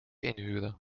inhuren